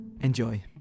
Enjoy